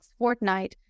Fortnite